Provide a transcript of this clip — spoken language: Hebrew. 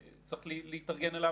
כל הדוברים מכירים את זה.